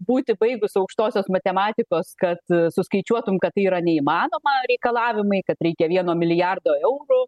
būti baigus aukštosios matematikos kad suskaičiuotum kad tai yra neįmanoma reikalavimai kad reikia vieno milijardo eurų